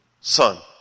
son